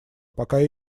пока